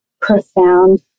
profound